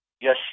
Yes